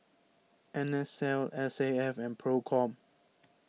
N S L S A F and Procom